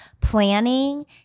planning